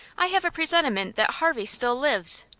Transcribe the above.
i have a presentiment that harvey still lives.